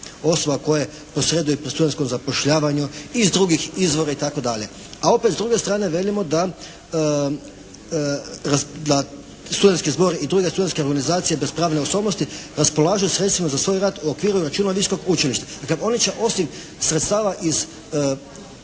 osoba koje posreduju pri studentskom zapošljavanju i iz drugih izvora itd. A opet s druge strane kažemo da studentski zbor i druge studentske organizacije bez pravne osobnosti raspolažu sredstvima za svoj rad u okviru …/Govornik se ne razumije./… visokog učilišta. Dakle, oni će osim sredstava iz